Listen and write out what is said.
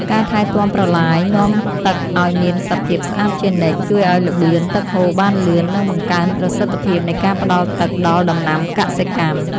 ការថែទាំប្រឡាយនាំទឹកឱ្យមានសភាពស្អាតជានិច្ចជួយឱ្យល្បឿនទឹកហូរបានលឿន និងបង្កើនប្រសិទ្ធភាពនៃការផ្តល់ទឹកដល់ដំណាំកសិកម្ម។